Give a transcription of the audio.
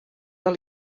del